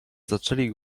zaczęli